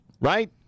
right